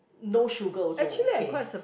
no sugar also okay